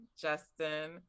Justin